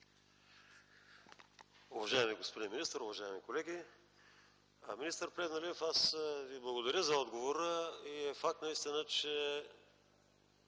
Уважаеми господин министър, уважаеми колеги! Министър Плевнелиев, аз Ви благодаря за отговора. Факт е наистина, че